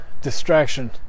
distraction